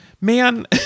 man